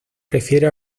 refiere